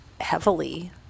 heavily